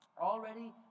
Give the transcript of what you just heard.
Already